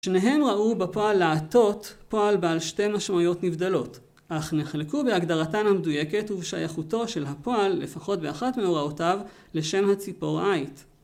שניהם ראו בפועל לעטות פועל בעל שתי משמעויות נבדלות, אך נחלקו בהגדרתן המדויקת ובשייכותו של הפועל, לפחות באחת מהוראותיו, לשם הציפור עייט.